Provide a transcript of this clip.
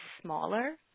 smaller